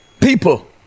people